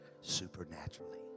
supernaturally